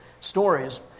stories